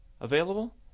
available